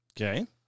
Okay